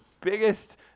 biggest